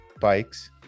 bikes